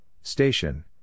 station